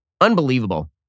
Unbelievable